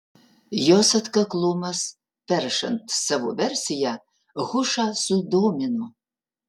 jos atkaklumas peršant savo versiją hušą sudomino